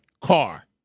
car